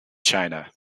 china